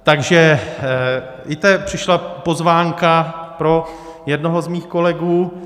Takže víte, přišla pozvánka pro jednoho z mých kolegů.